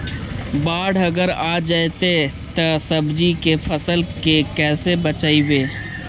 बाढ़ अगर आ जैतै त सब्जी के फ़सल के कैसे बचइबै?